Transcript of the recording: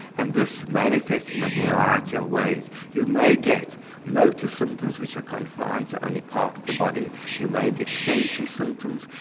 and this manifests in a variety of ways you may get motor symptoms which are confined to only part of the body, you may get sensory symptoms,